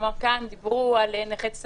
כלומר כאן דיברו על נכי צה"ל,